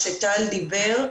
מה שטל דיבר.